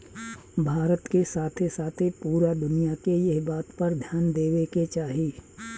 भारत के साथे साथे पूरा दुनिया के एह बात पर ध्यान देवे के चाही